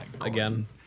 again